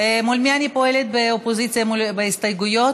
מול מי אני פועלת באופוזיציה בהסתייגויות?